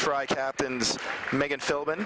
try to make it so but